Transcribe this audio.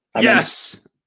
Yes